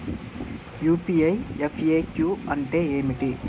UPI FAQ అంటే ఏమిటి?